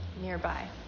nearby